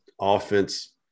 offense